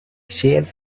shade